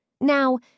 Now